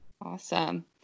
awesome